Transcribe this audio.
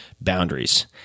boundaries